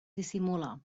dissimula